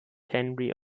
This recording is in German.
henry